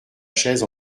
chaise